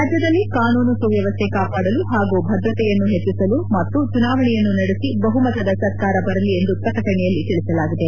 ರಾಜ್ಯದಲ್ಲಿ ಕಾನೂನು ಸುವ್ಯವಸ್ಥೆ ಕಾಪಾಡಲು ಹಾಗೂ ಭದ್ರತೆಯನ್ತು ಹೆಚ್ಚಿಸಲು ಮತ್ತು ಚುನಾವಣೆಯನ್ನು ನಡೆಸಿ ಬಹುಮತದ ಸರಕಾರ ಬರಲಿ ಎಂದು ಪ್ರಕಟಣೆಯಲ್ಲಿ ತಿಳಿಸಲಾಗಿದೆ